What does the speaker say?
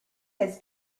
has